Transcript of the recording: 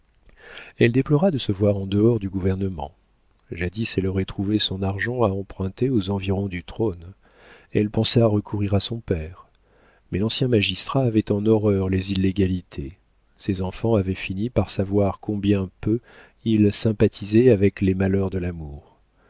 elle déplora de se voir en dehors du gouvernement jadis elle aurait trouvé son argent à emprunter aux environs du trône elle pensait à recourir à son père mais l'ancien magistrat avait en horreur les illégalités ses enfants avaient fini par savoir combien peu il sympathisait avec les malheurs de l'amour